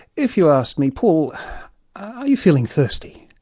if you ask me, paul, are you feeling thirsty?